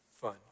fun